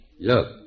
look